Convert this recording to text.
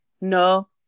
no